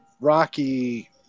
rocky